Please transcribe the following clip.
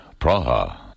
Praha